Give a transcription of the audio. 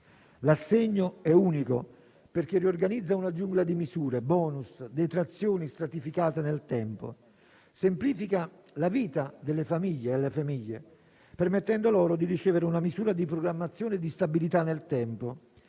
L'assegno è unico, perché riorganizza una giungla di misure, bonus e detrazioni stratificate nel tempo. Semplifica la vita delle famiglie e alle famiglie, permettendo loro di ricevere una misura di programmazione e di stabilità nel tempo.